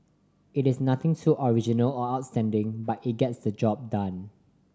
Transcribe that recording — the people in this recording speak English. it is nothing too original or outstanding but it gets the job done